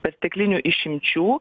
perteklinių išimčių